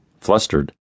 Flustered